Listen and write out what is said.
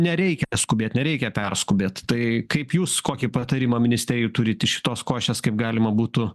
nereikia skubėt nereikia perskubėt tai kaip jūs kokį patarimą ministerijai turit iš šitos košės kaip galima būtų